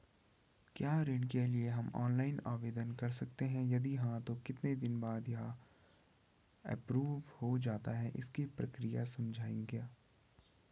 क्या ऋण के लिए हम ऑनलाइन आवेदन कर सकते हैं यदि हाँ तो कितने दिन बाद यह एप्रूव हो जाता है इसकी प्रक्रिया समझाइएगा?